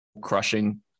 crushing